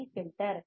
C filter